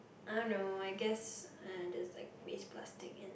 I don't know I guess uh just like waste plastic and